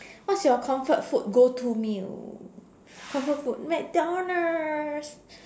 what's your comfort food go to meal comfort food McDonald's